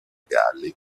galli